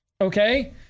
Okay